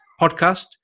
podcast